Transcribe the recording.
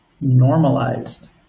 normalized